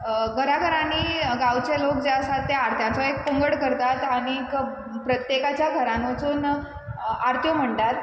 घराघरांनी गांवचे लोक जे आसात ते आरत्यांनी एक पंगड करतात आनीक प्रत्येकाच्या घरान वसून आरत्यो म्हणटात